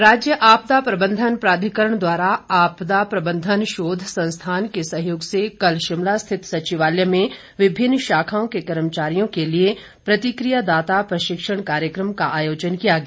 कार्यक्रम राज्य आपदा प्रबंधन प्राधिकरण द्वारा आपदा प्रबंधन शोध संस्थान के सहयोग से कल शिमला स्थित सचिवालय में विभिन्न शाखाओं के कर्मचारियों के लिए प्रतिक्रियादाता प्रशिक्षण कार्यक्रम का आयोजन किया गया